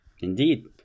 indeed